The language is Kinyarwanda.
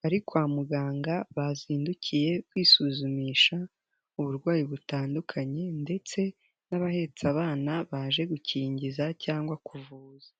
bari kwa muganga bazindukiye kwisuzumisha uburwayi butandukanye ndetse n'abahetse abana baje gukingiza cyangwa kuvuza.